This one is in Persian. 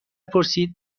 پرسید